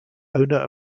owner